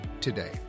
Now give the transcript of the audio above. today